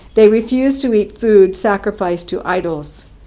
they refused to eat food sacrificed to idols.